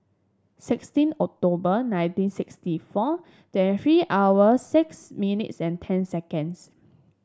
sixteen October nineteen sixty four twenty three hour six minutes and ten seconds